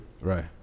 Right